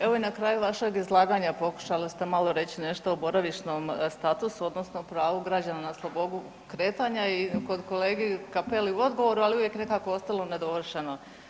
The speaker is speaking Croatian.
Evo i na kraju vašeg izlaganja pokušali ste malo reći nešto o boravišnom statusu, odnosno pravu građana na slobodu kretanja i kod kolege Cappelliju u odgovoru, ali uvijek je nekako ostalo nedovršeno.